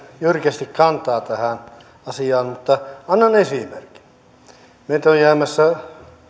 jyrkästi kantaa tähän asiaan mutta annan esimerkin meiltä on jäämässä